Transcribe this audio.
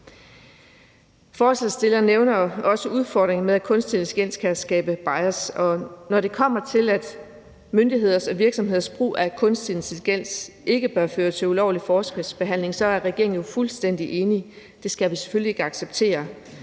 Forslagsstillerne nævner også udfordringen med, at kunstig intelligens kan skabe bias, og når det kommer til, at myndigheders og virksomheders brug af kunstig intelligens ikke bør føre til ulovlig forskelsbehandling, så er regeringen jo fuldstændig enige – det skal vi selvfølgelig ikke acceptere.